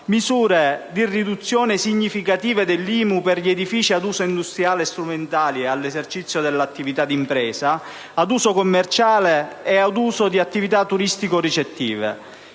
misure di riduzione significativa dell'IMU per gli edifici ad uso industriale e strumentali all'esercizio dell'attività d'impresa, ad uso commerciale e ad uso di attività turistico-ricettive.